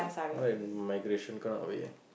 not like migration kind of way